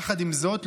יחד עם זאת,